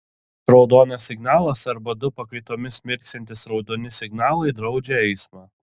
raudonas signalas arba du pakaitomis mirksintys raudoni signalai draudžia eismą